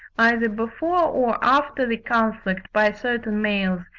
either before or after the conflict, by certain males,